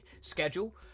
schedule